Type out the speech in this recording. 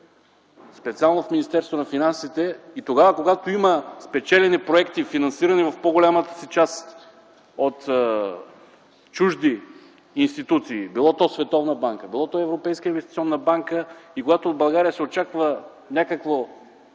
специално в Министерство на финансите и когато има спечелени проекти и финансиране в по-голямата си част от чужди институции – било Световната банка, било Европейската инвестиционна банка, и когато в България се очаква,